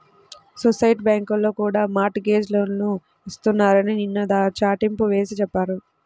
society బ్యాంకుల్లో కూడా mortgage లోన్లు ఇస్తున్నారని నిన్న చాటింపు వేసి చెప్పారు